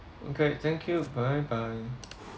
okay thank you bye bye